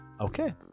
Okay